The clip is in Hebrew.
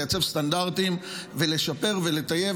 לייצב סטנדרטים ולשפר ולטייב,